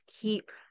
keep